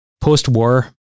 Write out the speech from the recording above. Post-war